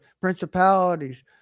principalities